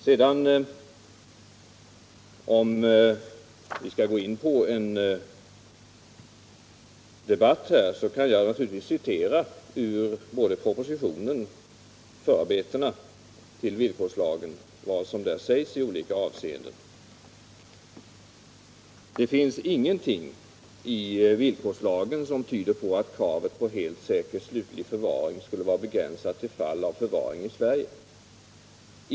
Om vi sedan skall gå in på en debatt här, kan jag naturligtvis ur både propositionen och förarbetena till villkorslagen citera vad som sägs i olika avseenden. Det finns ingenting i villkorslagen som tyder på att kravet på helt säker slutlig förvaring skulle vara begränsat till fall av förvaring i Sverige.